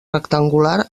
rectangular